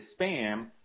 spam